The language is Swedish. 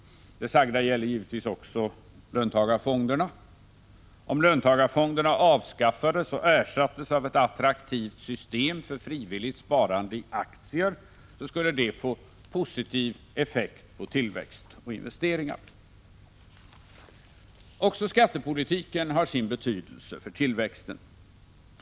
Det sagda gäller givetivs även löntagarfonderna. Om dessa avskaffades och ersattes av ett attraktivt system för frivilligt sparande i aktier skulle det få positiv effekt på tillväxt och investeringar. Också skattepolitiken har sin betydelse för tillväxten.